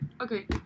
okay